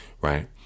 right